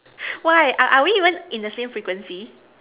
why are are we even in the same frequency